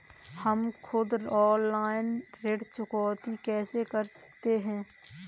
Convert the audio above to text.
हम खुद ऑनलाइन ऋण चुकौती कैसे कर सकते हैं?